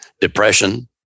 depression